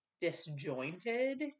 disjointed